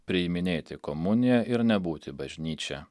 priiminėti komuniją ir nebūti bažnyčia